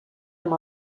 amb